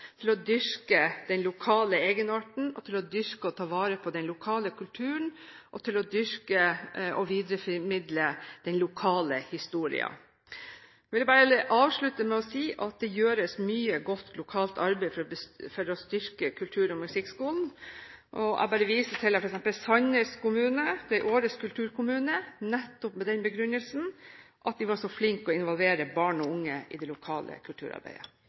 til å dyrke den lokale egenarten, til å dyrke og ta vare på den lokale kulturen og til å dyrke og videreformidle den lokale historien. Jeg vil bare avslutte med å si at det gjøres mye godt lokalt arbeid for å styrke musikk- og kulturskolen. Jeg viser til at f.eks. Sandnes kommune ble årets kulturkommune nettopp med den begrunnelsen at de var så flinke til å involvere barn og unge i det lokale kulturarbeidet.